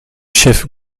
chefs